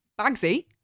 bagsy